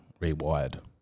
Rewired